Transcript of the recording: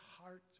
heart